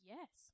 Yes